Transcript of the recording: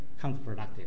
counterproductive